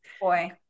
boy